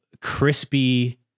crispy